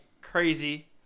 crazy